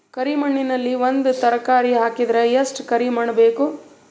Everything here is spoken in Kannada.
ಕರಿ ಮಣ್ಣಿನಲ್ಲಿ ಒಂದ ತರಕಾರಿ ಹಾಕಿದರ ಎಷ್ಟ ಕರಿ ಮಣ್ಣು ಬೇಕು?